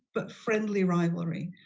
but friendly rivalry.